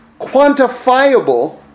quantifiable